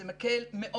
זה מקל מאוד.